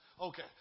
Okay